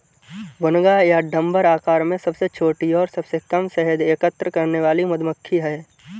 भुनगा या डम्भर आकार में सबसे छोटी और सबसे कम शहद एकत्र करने वाली मधुमक्खी है